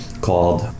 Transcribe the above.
called